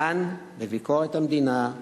כאן, בביקורת המדינה,